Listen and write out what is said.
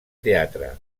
teatre